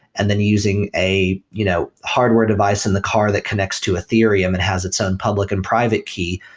and then using a you know hardware device in the car that connects to ethereum and has its own public and private key.